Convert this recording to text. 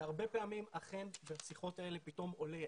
הרבה פעמים אכן בשיחות האלה פתאום עולה,